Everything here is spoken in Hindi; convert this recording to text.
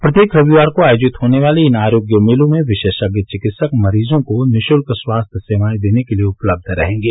प्रत्येक रविवार को आयोजित होने वाले इन आरोग्य मेलों में विशेषज्ञ चिकित्सक मरीजों को निःशुल्क स्वास्थ्य सेवाएं देने के लिए उपलब्ध रहेंगे